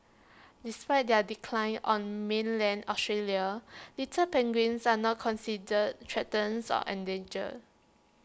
despite their decline on mainland Australia little penguins are not considered threatens or endangered